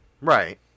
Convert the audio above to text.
Right